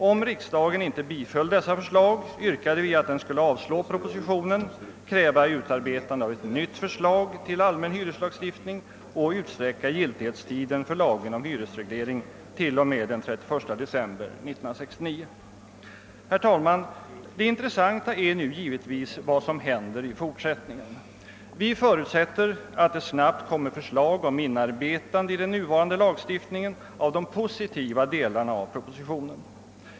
Om riksdagen icke biföll dessa förslag, yrkade vi att den skulle avslå propositionen, kräva utarbetande av ett nytt förslag till ny allmän hyreslagstiftning samt utsträcka giltighetstiden för lagen om hyresreglering till och med den 31 december 1969. Det intressanta är nu givetvis vad som händer i fortsättningen. Vi förutsätter att det snabbt kommer förslag om inarbetande i den nuvarande lagstiftningen av de positiva delarna av propositionen.